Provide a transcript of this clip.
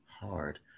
hard